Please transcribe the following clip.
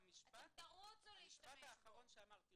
המשפט האחרון שאמרת הוא